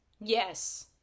Yes